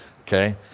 okay